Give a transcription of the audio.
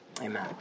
Amen